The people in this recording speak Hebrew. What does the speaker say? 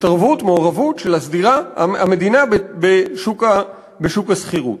התערבות, מעורבות של המדינה בשוק השכירות.